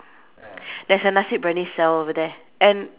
there's a nasi-biryani sell over there and